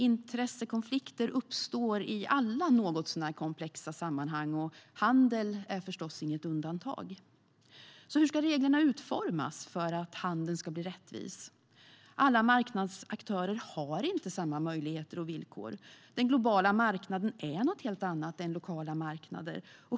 Intressekonflikter uppstår i alla något så när komplexa sammanhang, och handel är förstås inget undantag. Hur ska då reglerna utformas för att handeln ska bli rättvis? Alla marknadsaktörer har inte samma möjligheter och villkor, och den globala marknaden är något helt annat än lokala marknader.